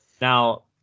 Now